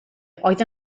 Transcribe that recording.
oedd